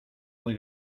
muy